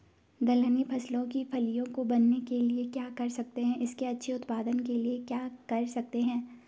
दलहनी फसलों की फलियों को बनने के लिए क्या कर सकते हैं इसके अच्छे उत्पादन के लिए क्या कर सकते हैं?